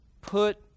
put